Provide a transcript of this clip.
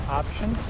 option